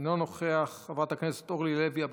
אינו נוכח, חברת הכנסת אורלי לוי אבקסיס,